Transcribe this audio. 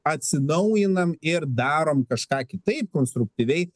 atsinaujinam ir darom kažką kitaip konstruktyviai